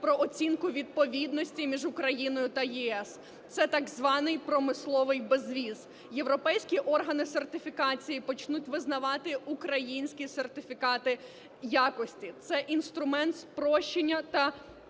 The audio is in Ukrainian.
про оцінку відповідності між Україною та ЄС, це так званий промисловий безвіз. Європейські органи сертифікації почнуть визнавати українські сертифікати якості – це інструмент спрощення